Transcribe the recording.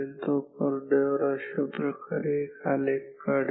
ते पडद्यावर अशाप्रकारे एक आलेख काढेल